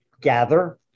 gather